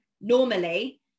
normally